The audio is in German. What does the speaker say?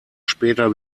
später